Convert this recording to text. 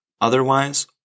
Otherwise